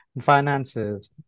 finances